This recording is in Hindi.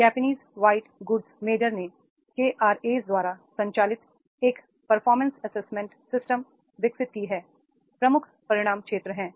जैपनीज व्हाइट गुड्स मेजर ने केआरए द्वारा संचालित एक परफारमेंस एसेसमेंट सिस्टम विकसित की है प्रमुख परिणाम क्षेत्र हैं